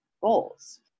goals